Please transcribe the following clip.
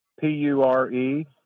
P-U-R-E